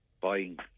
buying